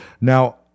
Now